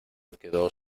quedó